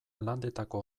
landetako